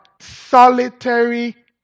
solitary